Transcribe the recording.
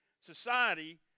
society